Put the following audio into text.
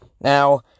Now